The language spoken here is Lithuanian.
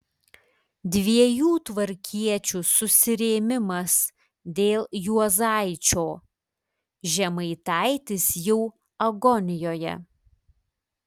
dviejų tvarkiečių susirėmimas dėl juozaičio žemaitaitis jau agonijoje